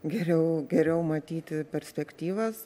geriau geriau matyti perspektyvas